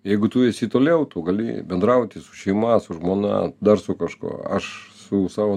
jeigu tu eisi toliau tu gali bendrauti su šeima su žmona dar su kažkuo aš su savo